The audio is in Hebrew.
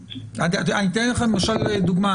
אני אתן לכם למשל דוגמה.